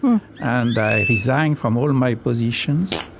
and i resigned from all my positions,